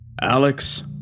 Alex